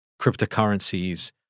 cryptocurrencies